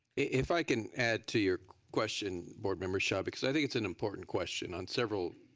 if i can add to your question board member shaw because i think it's an important question on several